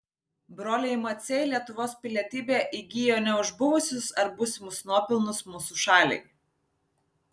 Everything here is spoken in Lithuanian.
broliai maciai lietuvos pilietybę įgijo ne už buvusius ar būsimus nuopelnus mūsų šaliai